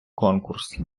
конкурс